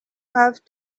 have